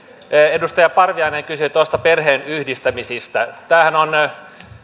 edustaja parviainen kysyi perheenyhdistämisistä tämähän on